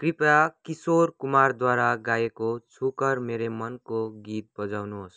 कृपया किशोर कुमारद्वारा गाइएको छु कर मेरे मनको गीत बजाउनुहोस्